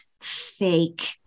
fake